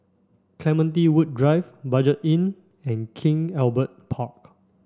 Clementi Woods Drive Budget Inn and King Albert Park